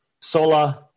sola